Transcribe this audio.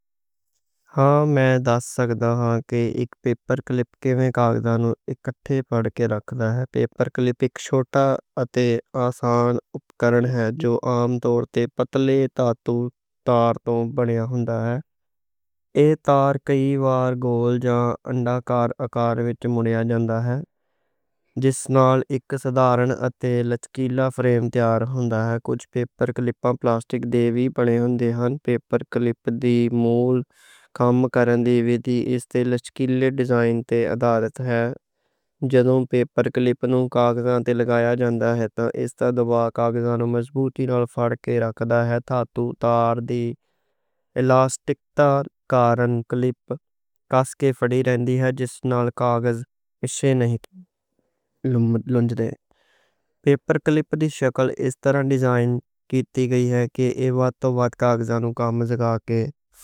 میں دس سکدا ہاں کہ اک پیبر کلیپ کیمیں کاغاں کٹھے پھڑ کے رکھدا ہے۔ پیجاں کے لئے اک چھوٹا اتے آسان اوزار جو عام طور تے پتلی دھاتو تار توں بنیا ہوندا ہے۔ تار کئی وار گول جاں انڈاکار وٹ مڑیا جاندا ہے۔ جس نال اک سادہ اتے لچکیلا فریم تیار ہوندا ہے۔ اتے اس طرح اوہ کاغاں مضبوطی نال پھڑ کے رکھدا ہے، الاسٹک طاقت کارن۔ کجھ پیبر کلیپ پلاسٹک دے وی بنے ہوندے ہن۔